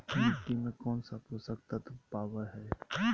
मिट्टी में कौन से पोषक तत्व पावय हैय?